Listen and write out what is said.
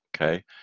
Okay